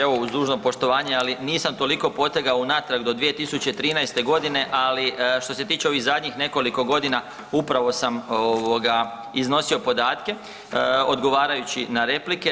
Evo, uz dužno poštovanje ali nisam toliko potegao unatrag do 2013. g., ali što se tiče ovih zadnjih nekoliko godina, upravo sam iznosio podatke odgovarajući na replike.